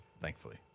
thankfully